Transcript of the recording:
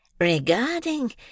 Regarding